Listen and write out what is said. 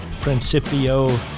Principio